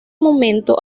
momento